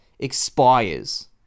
expires